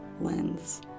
lens